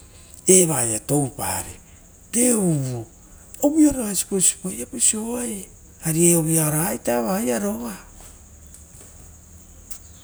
Eva ia toupari reoavu. Ovoi aroa eva siposipoa viapaso oaiei ari ovoi aroa ita evaioa.